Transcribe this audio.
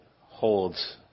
holds